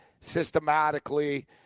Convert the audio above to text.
systematically